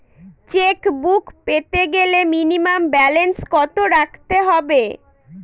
Chequebook পেতে গেলে minimum balance কত রাখতে হবে?